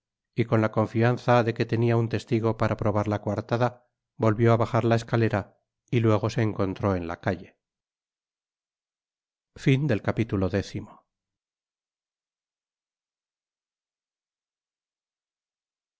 y con la confianza de que tenia un testigo para probar la coartada volvió á bajar la escalera y luego se encontró en la calle